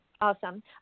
awesome